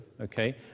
okay